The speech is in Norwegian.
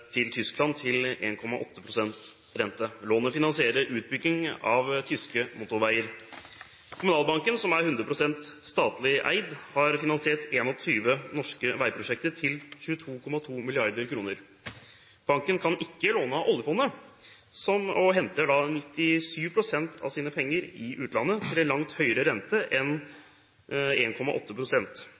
til Tyskland til 1,8 pst. rente. Lånet finansierer utbygging av tyske motorveier. Kommunalbanken, som er 100 pst. statlig eid, har finansiert 21 norske veiprosjekter til 22,2 mrd. kr. Banken kan ikke låne av oljefondet, og henter 97 pst. av sine penger i utlandet til en langt høyere rente enn